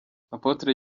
apotre